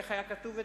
איך היה כתוב אתמול,